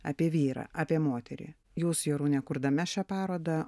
apie vyrą apie moterį jūs jorūne kurdama šią parodą